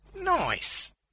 Nice